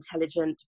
intelligent